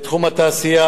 בתחום התעשייה,